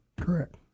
Correct